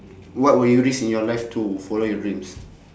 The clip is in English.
what will you risk in your life to follow your dreams